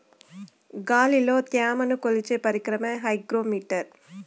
గాలిలో త్యమను కొలిచే పరికరమే హైగ్రో మిటర్